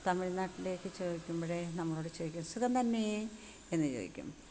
തമിഴ്നാട്ടിലേക്കു ചോദിക്കുമ്പോഴേ നമ്മളോടു ചോദിക്കും സുഖം തന്നേ എന്നു ചോദിക്കും